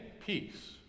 peace